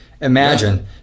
Imagine